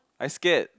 I scared